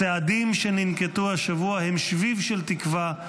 הכלכלית אמר כך: הצעדים שננקטו השבוע הם שביב של תקווה,